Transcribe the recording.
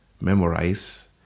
memorize